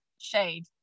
shade